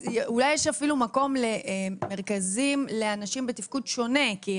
אז אולי יש אפילו מקום למרכזים לאנשים בתפקוד שונה.